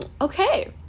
Okay